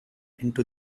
into